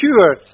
sure